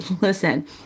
listen